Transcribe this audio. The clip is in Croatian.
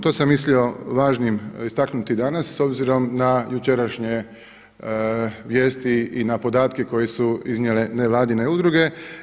To sam mislio važnim istaknuti danas s obzirom na jučerašnje vijesti i na podatke koje su iznijele nevladine udruge.